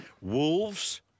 Wolves